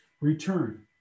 return